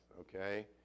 okay